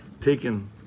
taken